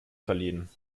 verliehen